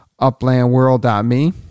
uplandworld.me